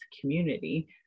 community